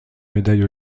médaille